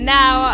now